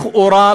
לכאורה,